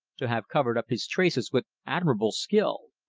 to have covered up his traces with admirable skill.